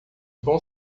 bom